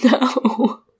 no